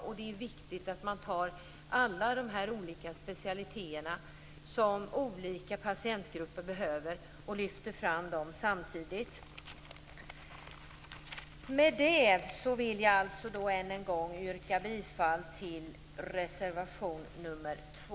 Det är viktigt att man lyfter fram alla de specialiteter som olika patientgrupper behöver samtidigt. Med det vill jag än en gång yrka bifall till reservation nr 2.